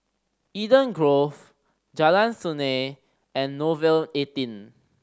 Eden Grove Jalan Sungei and Nouvel eighteen